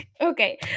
okay